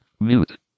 Mute